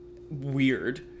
weird